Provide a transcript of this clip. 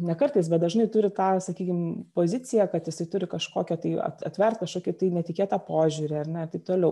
ne kartais bet dažnai turi tą sakykim poziciją kad jisai turi kažkokią tai at atvert kažkokį netikėtą požiūrį ar ne ir taip toliau